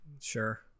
Sure